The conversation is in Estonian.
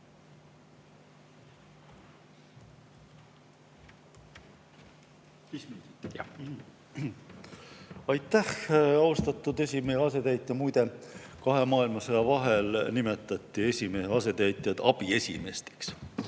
Aitäh, austatud esimehe asetäitja! Muide, kahe maailmasõja vahel nimetati esimehe asetäitjaid abiesimeesteks.